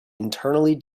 internally